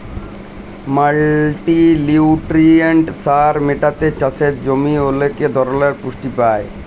multinutrient সার যেটাতে চাসের জমি ওলেক ধরলের পুষ্টি পায়